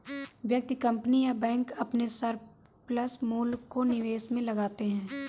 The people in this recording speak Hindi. व्यक्ति, कंपनी या बैंक अपने सरप्लस मूल्य को निवेश में लगाते हैं